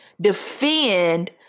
defend